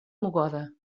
mogoda